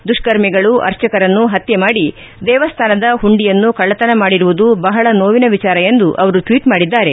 ದುಷ್ಪರ್ಮಿಗಳು ಅರ್ಚಕರನ್ನು ಪತ್ನ ಮಾಡಿ ದೇವಸ್ಥಾನದ ಹುಂಡಿಯನ್ನು ಕಳ್ಳತನ ಮಾಡಿರುವುದು ಬಹಳ ನೋವಿನ ವಿಚಾರ ಎಂದು ಅವರು ಟ್ವೀಟ್ ಮಾಡಿದ್ದಾರೆ